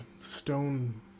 stone